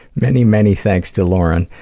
many, many thanks to lauren.